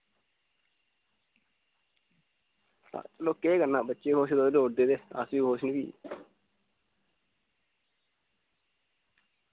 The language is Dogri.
हां चलो केह् करना बच्चे खुश लोड़दे ते अस बी खुश न फ्ही